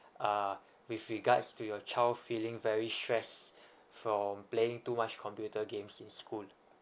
uh with regards to your child feeling very stress from playing too much computer games in school